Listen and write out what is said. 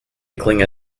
inkling